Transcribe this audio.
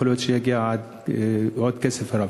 יכול להיות שזה יגיע לעוד כסף רב.